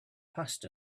passed